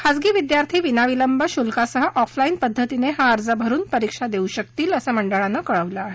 खाजगी विद्यार्थी अतिविलंब शुल्कासह ऑफलाईन पध्दतीनं हा अर्ज भरून परीक्षा देऊ शकतील असं मंडळानं कळवलं आहे